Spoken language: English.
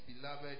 beloved